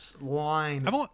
line